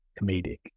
comedic